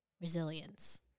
Resilience